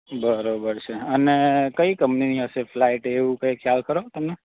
બરોબર છે અને કઈ કંપનીની હશે ફ્લાઇટ એવું કંઈ ખ્યાલ ખરો તમને